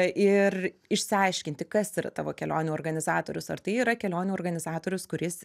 ir išsiaiškinti kas yra tavo kelionių organizatorius ar tai yra kelionių organizatorius kuris